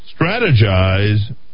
strategize